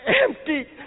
empty